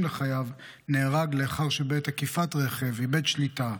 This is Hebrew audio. לחייו לאחר שבעת עקיפת רכב איבד שליטה,